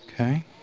Okay